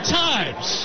times